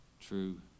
true